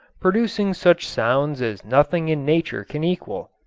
producing such sounds as nothing in nature can equal.